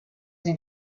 sie